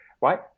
right